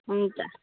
हुन्छ